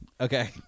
Okay